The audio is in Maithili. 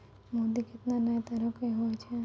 मोती केतना नै तरहो के होय छै